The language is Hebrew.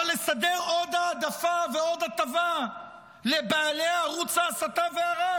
אבל לסדר עוד העדפה ועוד הטבה לבעלי ערוץ ההסתה והרעל,